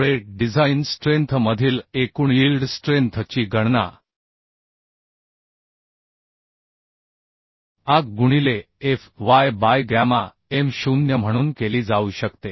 मुळे design strength मधील एकूण यील्ड स्ट्रेंथ ची गणना Ag गुणिले Fy बाय गॅमा m 0 म्हणून केली जाऊ शकते